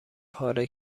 پاره